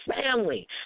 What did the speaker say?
family